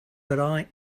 but